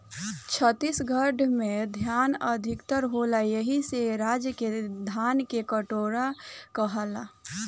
छत्तीसगढ़ में धान अधिका होला एही से ए राज्य के धान के कटोरा कहाला